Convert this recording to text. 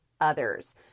others